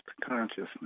consciousness